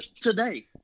Today